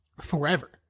forever